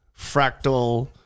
fractal